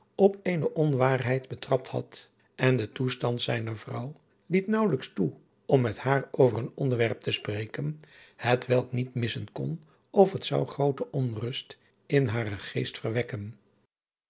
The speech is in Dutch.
op eene onwaarheid betrapt had en de toestand zijner vrouw liet naauwelijks toe om met haar over een onderwep te spreken hetwelk niet missen kon of het zou groote onrust in haren geest verwekken